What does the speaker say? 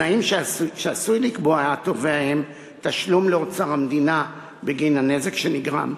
התנאים שעשוי לקבוע התובע הם: תשלום לאוצר המדינה בגין הנזק שנגרם,